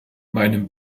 meinem